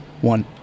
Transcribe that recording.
One